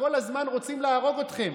כל הזמן רוצים להרוג אתכם.